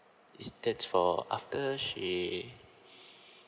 is that's for after she